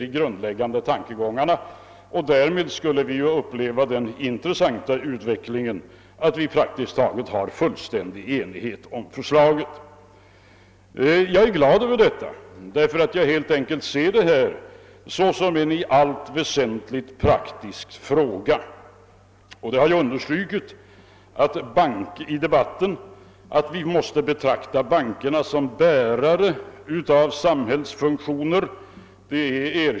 Därmed skulle vi komma i den intressanta situationen att det föreligger praktiskt taget fullständig enighet om förslaget. Jag är glad över detta, eftersom jag ser denna fråga såsom en i allt väsentligt praktisk fråga. Det är erkänt av alla och har understrukits i debatten att vi måste betrakta bankerna som bärare av samhällsfunktioner.